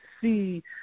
see